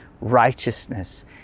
righteousness